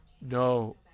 No